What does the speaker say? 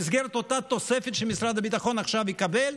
במסגרת אותה תוספת שמשרד הביטחון עכשיו יקבל,